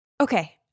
Okay